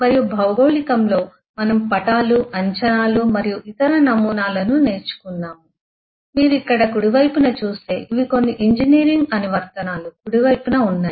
మరియు భౌగోళికంలో మనము పటాలు అంచనాలు మరియు ఇతర నమూనాలను నేర్చుకున్నాము మరియు మీరు ఇక్కడ కుడి వైపున చూస్తే ఇవి కొన్ని ఇంజనీరింగ్ అనువర్తనాలు కుడి వైపున ఉన్నాయి